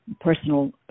personal